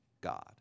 God